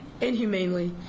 inhumanely